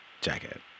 jacket